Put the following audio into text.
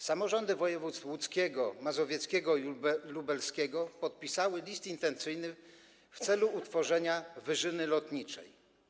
Samorządy województw łódzkiego, mazowieckiego i lubelskiego podpisały list intencyjny w celu utworzenia Wyżyny Lotniczej.